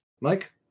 Mike